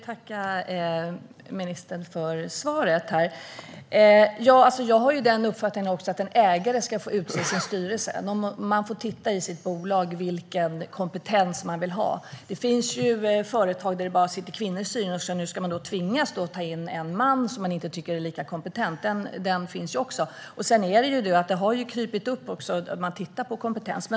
Herr talman! Jag vill tacka ministern för svaret. Jag är av uppfattningen att en ägare ska få utse sin styrelse. Man får titta i sitt bolag och se vilken kompetens man vill ha. Det finns ju företag där det bara sitter kvinnor i styrelsen. Ska man då tvingas ta in en man som man inte tycker är lika kompetent? Den frågan finns också. Sedan är det ju det att det har krupit upp också att man tittar på kompetens.